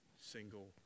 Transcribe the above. single